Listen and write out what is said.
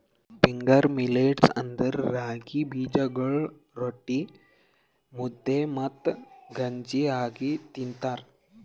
finger millets ಅಂದುರ್ ರಾಗಿ ಬೀಜಗೊಳ್ ರೊಟ್ಟಿ, ಮುದ್ದೆ ಮತ್ತ ಗಂಜಿ ಆಗಿ ತಿಂತಾರ